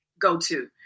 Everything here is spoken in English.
go-to